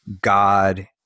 God